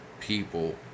people